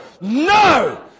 No